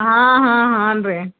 ಹಾಂ ಹಾಂ ಹಾಂ ರೀ